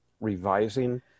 revising